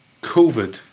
COVID